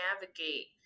navigate